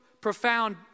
profound